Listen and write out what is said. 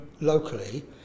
locally